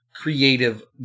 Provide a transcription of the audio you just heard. creative